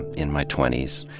in my twenties.